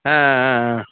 ஆ ஆ ஆ ஆ